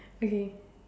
okay